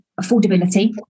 affordability